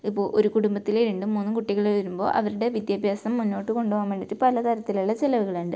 ഇപ്പോൾ ഒരു കുടുംബത്തിലെ രണ്ടും മൂന്നും കുട്ടികൾ വരുമ്പോൾ അവരുടെ വിദ്യാഭ്യാസം മുന്നോട്ട് കൊണ്ടുപോകാൻ വേണ്ടിയിട്ട് പല തരത്തിലുള്ള ചിലവുകളുണ്ട്